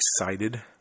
excited